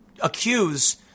accuse